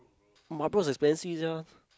Marlboro is expensive sia